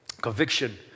conviction